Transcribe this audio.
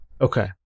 Okay